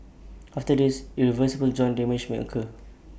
after this irreversible joint damage may occur